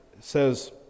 says